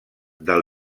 del